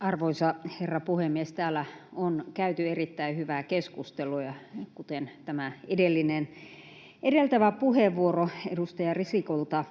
Arvoisa herra puhemies! Täällä on käyty erittäin hyvää keskustelua, kuten tämä edeltävä puheenvuoro edustaja Risikolta.